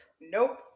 Nope